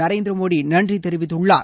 நரேந்திர மோடி நன்றி தெரிவித்துள்ளார்